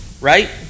right